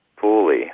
fully